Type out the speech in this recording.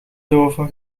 doven